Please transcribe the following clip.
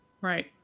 Right